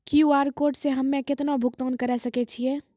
QR code से हम्मय केतना भुगतान करे सके छियै?